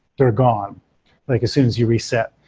they're gone like as soon as you reset.